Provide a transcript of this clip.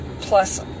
plus